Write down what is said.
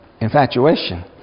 infatuation